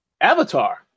Avatar